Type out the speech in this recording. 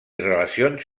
relacions